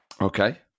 Okay